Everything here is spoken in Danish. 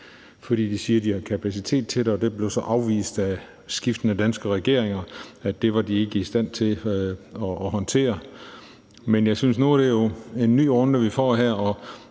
fordi de siger, at de har kapacitet til det. Det er så blevet afvist af skiftende danske regeringer, fordi man mente, at de ikke var i stand til at håndtere det. Men jeg synes jo, at det nu er en ny runde, vi får her,